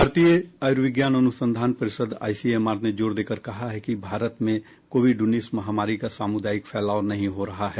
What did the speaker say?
भारतीय आयुर्विज्ञान अनुसंधान परिषद आईसीएमआर ने जोर देकर कहा है कि भारत में कोविड उन्नीस महामारी का सामुदायिक फैलाव नहीं हो रहा है